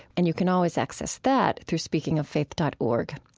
and you can always access that through speakingoffaith dot org.